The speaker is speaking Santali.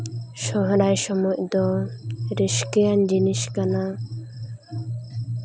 ᱥᱚᱨᱦᱟᱭ ᱥᱚᱢᱚᱭ ᱫᱚ ᱨᱟᱹᱥᱠᱟᱹᱣᱟᱱ ᱡᱤᱱᱤᱥ ᱠᱟᱱᱟ